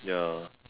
ya